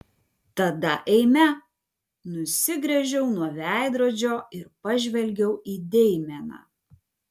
tada eime nusigręžiau nuo veidrodžio ir pažvelgiau į deimeną